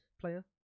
player